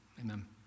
amen